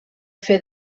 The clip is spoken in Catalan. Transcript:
fer